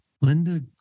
Linda